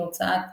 בהוצאת י.